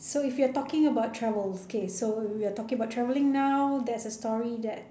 so if you're talking about travels k so we're talking about traveling now that's a story that